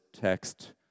text